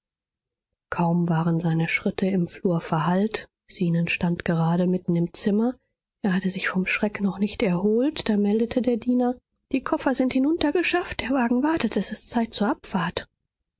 kaum waren seine schritte im flur verhallt zenon stand gerade mitten im zimmer er hatte sich vom schreck noch nicht erholt da meldete der diener die koffer sind hinuntergeschafft der wagen wartet es ist zeit zur abfahrt